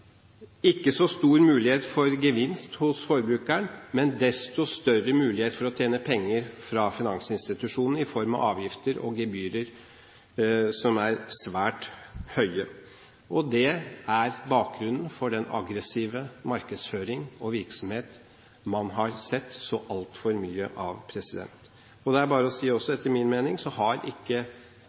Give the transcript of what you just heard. ikke så stor mulighet for gevinst hos forbrukeren, men desto større mulighet for finansinstitusjonen til å tjene penger i form av avgifter og gebyrer, som er svært høye. Det er bakgrunnen for den aggressive markedsføring og virksomhet man har sett altfor mye av.